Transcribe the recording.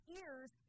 ears